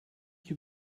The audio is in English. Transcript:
you